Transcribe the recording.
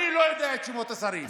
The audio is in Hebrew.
אני לא יודע את שמות השרים.